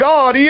God